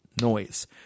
noise